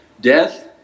death